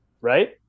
right